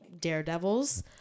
daredevils